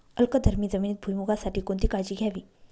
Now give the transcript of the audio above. अल्कधर्मी जमिनीत भुईमूगासाठी कोणती काळजी घ्यावी?